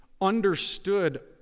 understood